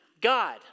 God